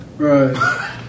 Right